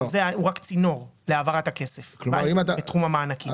הוא רק צינור להעברת הכסף בתחום המענקים.